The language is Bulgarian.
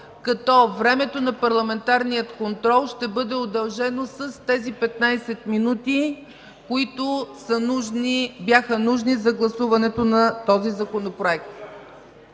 като времето на парламентарния контрол ще бъде удължено с тези 15 минути, които бяха нужни за гласуването на този Законопроект.